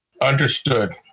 Understood